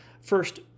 First